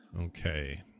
Okay